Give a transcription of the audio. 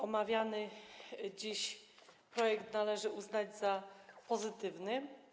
Omawiany dziś projekt należy uznać za pozytywny.